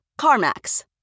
CarMax